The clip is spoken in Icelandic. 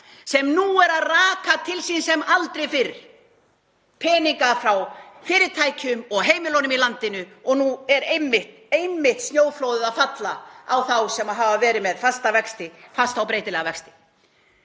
sem nú eru að raka til sín sem aldrei fyrr peninga frá fyrirtækjum og heimilunum í landinu, og nú er einmitt snjóflóðið að falla á þá sem hafa verið með fasta og breytilega vexti.